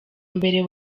mbere